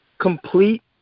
complete